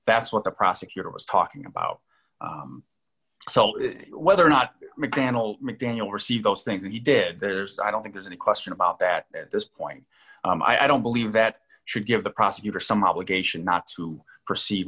that's what the prosecutor was talking about so whether or not macdonald mcdaniel received those things that he did there's i don't think there's any question about that at this point i don't believe that should give the prosecutor some obligation not to proceed